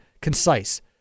concise